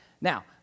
Now